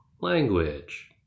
language